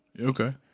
Okay